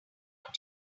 want